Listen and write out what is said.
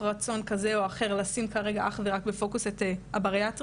רצון כזה או אחר לשים בפוקוס אך ורק את הבריאטריה.